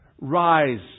rise